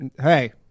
Hey